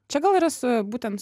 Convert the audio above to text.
čia gal yra su būtent